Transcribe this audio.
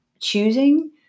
choosing